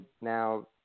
now